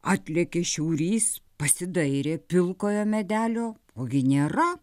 atlėkė šiaurys pasidairė pilkojo medelio ogi nėra